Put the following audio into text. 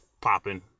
popping